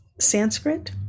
Sanskrit